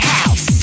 House